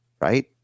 right